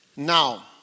Now